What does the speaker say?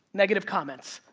negative comments.